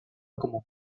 como